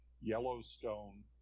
Yellowstone